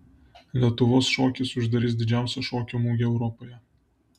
lietuvos šokis uždarys didžiausią šokio mugę europoje